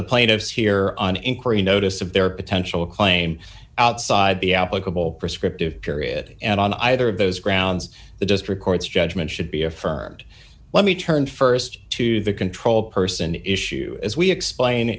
the plaintiffs here on inquiry notice of their potential claim outside the applicable prescriptive period and on either of those grounds the district court's judgment should be affirmed let me turn st to the control person issue as we explain